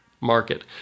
market